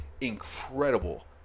incredible